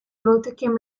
bałtykiem